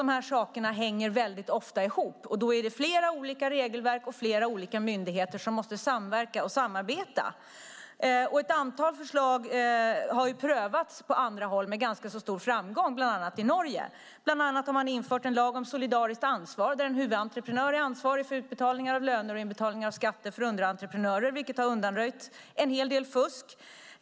De här sakerna hänger väldigt ofta ihop. Det är flera olika regelverk och flera olika myndigheter som måste samverka och samarbeta. Ett antal förslag har prövats på andra håll med ganska stor framgång, bland annat i Norge. Bland annat har man infört en lag om solidariskt ansvar, där en huvudentreprenör är ansvarig för utbetalningar av löner och inbetalningar av skatter för underentreprenörer, vilket har undanröjt en hel del fusk.